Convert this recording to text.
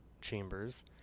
chambers